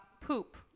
poop